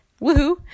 Woohoo